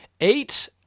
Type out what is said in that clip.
Eight